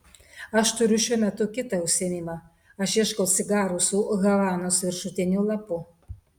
aš turiu šiuo metu kitą užsiėmimą aš ieškau cigarų su havanos viršutiniu lapu